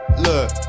Look